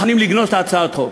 שהם מוכנים לגנוז את הצעת החוק.